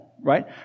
Right